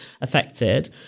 affected